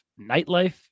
nightlife